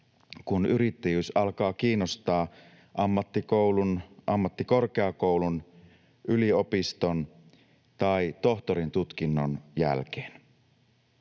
kun yrittäjyys alkaa kiinnostaa ammattikoulun, ammattikorkeakoulun, yliopiston tai tohtorin tutkinnon jälkeen.